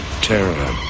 terror